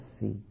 see